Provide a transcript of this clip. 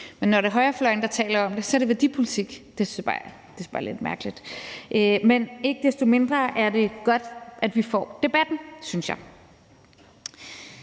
men når det er højrefløjen, der taler om det, er det værdipolitik. Det synes jeg bare er lidt mærkeligt. Men ikke desto mindre er det godt, at vi får debatten, synes jeg.